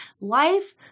Life